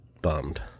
bummed